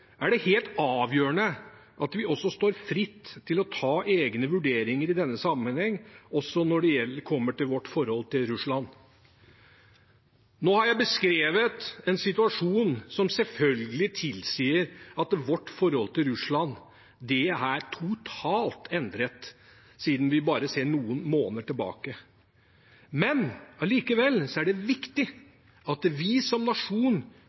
er det helt avgjørende at vi også står fritt til å ta egne vurderinger i denne sammenheng, også når det gjelder vårt forhold til Russland. Nå har jeg beskrevet en situasjon som selvfølgelig tilsier at vårt forhold til Russland er totalt endret – om vi bare ser noen måneder tilbake. Allikevel er det viktig at vi som nasjon